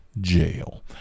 jail